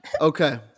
Okay